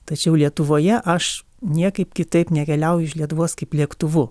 tačiau lietuvoje aš niekaip kitaip nekeliauju iš lietuvos kaip lėktuvu